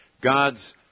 God's